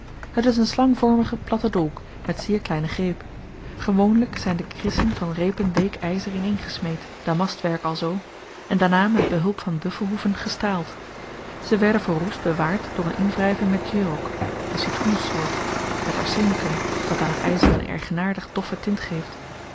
het is n slangvormige platte dolk met zeer kleinen greep gewoonlyk zyn de krissen van reepen week yzer in eengesmeed damastwerk alzoo en daarna met behulp van buffelhoeven gestaald ze werden voor roest bewaard door n inwryving met djerook n citroensoort met arsenicum dat aan t yzer n eigenaardig doffe tint geeft